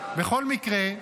בכל מקרה,